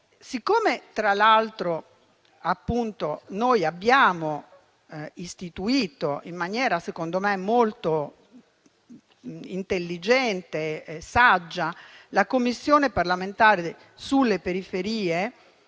Siccome, tra l'altro, abbiamo istituito - in maniera secondo me molto intelligente e saggia - la Commissione parlamentare sulle periferie,